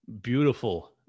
beautiful